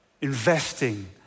investing